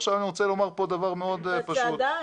עכשיו אני רוצה לומר פה דבר מאוד פשוט --- בצעדה?